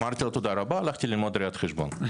אמרתי לו תודה רבה, הלכתי ללמוד ראיית חשבון.